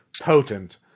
potent